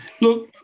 look